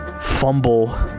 fumble